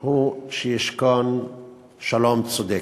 היא שישכון שלום צודק,